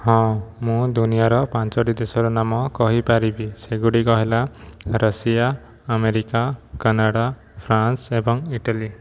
ହଁ ମୁଁ ଦୁନିଆର ପାଞ୍ଚଟି ଦେଶର ନାମ କହିପାରିବି ସେଗୁଡ଼ିକ ହେଲା ଋଷିଆ ଆମେରିକା କାନାଡ଼ା ଫ୍ରାନ୍ସ୍ ଏବଂ ଇଟାଲୀ